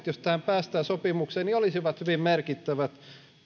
jos tähän sopimukseen päästään tämän ratkaisun seuraukset olisivat hyvin merkittävät